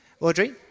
Audrey